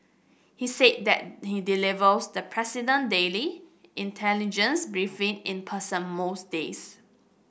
he's said that he delivers the president daily intelligence briefing in person most days